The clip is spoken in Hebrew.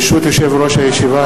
ברשות יושב-ראש הישיבה,